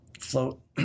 float